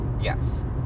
Yes